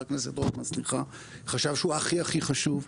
שחבר הכנסת רוטמן חשב שהוא הכי הכי חשוב,